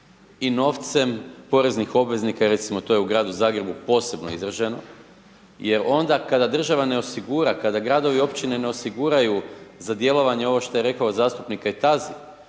i novcem poreznih obveznika, recimo to je u gradu Zagrebu posebno izraženo, jer onda kada država ne osigura, kada gradovi i općine ne osiguraju za djelovanje, ovo što je rekao zastupnik